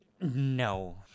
No